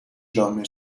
جامعه